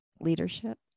leadership